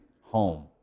home